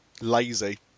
Lazy